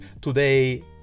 Today